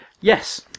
Yes